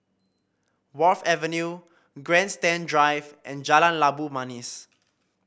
Wharf Avenue Grandstand Drive and Jalan Labu Manis